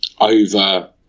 over